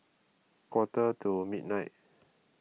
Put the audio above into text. quarter to midnight